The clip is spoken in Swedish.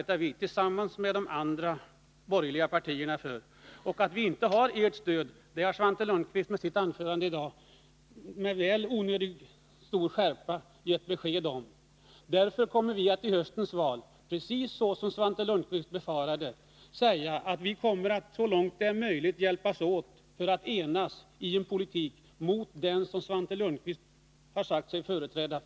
Tillsammans med de andra borgerliga partierna arbetar vi för detta mål. Att vi inte har socialdemokraternas stöd har Svante Lundkvist med onödigt stor skärpa gett besked om i sitt anförande. Precis som Svante Lundkvist befarar kommer vi att i höstens val så långt möjligt hjälpas åt för att enas om en jordbrukspolitik, som vänder sig mot den som Svante Lundkvist sagt sig företräda.